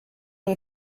you